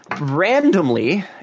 randomly